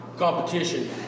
Competition